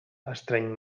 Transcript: estreny